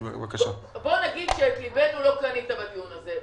בוא נגיד שאת ליבנו לא קנית בדיון הזה.